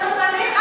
אתם מפנים,